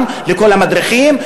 גם לכל המדריכים,